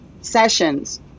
sessions